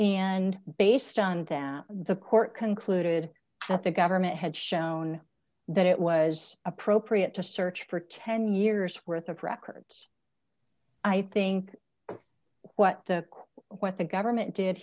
and based on that the court concluded that the government had shown that it was appropriate to search for ten years worth of records i think what the what the government did